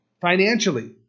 financially